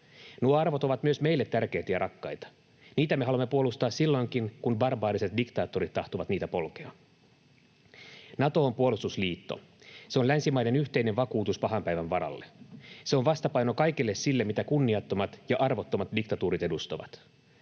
Nuo arvot ovat myös meille tärkeitä ja rakkaita. Niitä me haluamme puolustaa silloinkin, kun barbaariset diktaattorit tahtovat niitä polkea. Nato on puolustusliitto. Se on länsimaiden yhteinen vakuutus pahan päivän varalle. Se on vastapaino kaikelle sille, mitä kunniattomat ja arvottomat diktatuurit edustavat.